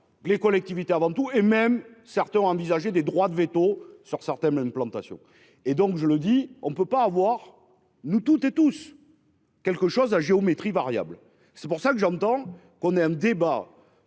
les collectivités avant tout et même certains ont envisagé des droit de véto sur certaines plantations et donc je le dis, on ne peut pas avoir nous toutes et tous. Quelque chose à géométrie variable. C'est pour ça que j'entends qu'on ait un débat sur